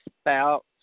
spout